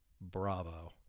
Bravo